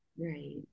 Right